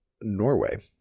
Norway